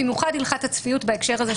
במיוחד הלכת הצפיות בהקשר הזה,